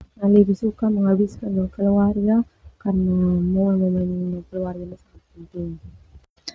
Au lebih suka menghabiskan no keluarga, karena momen no keluarga nia sangat penting.